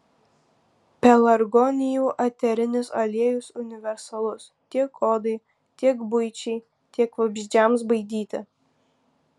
pelargonijų eterinis aliejus universalus tiek odai tiek buičiai tiek vabzdžiams baidyti